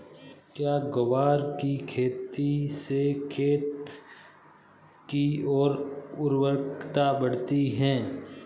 क्या ग्वार की खेती से खेत की ओर उर्वरकता बढ़ती है?